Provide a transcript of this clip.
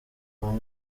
bamwe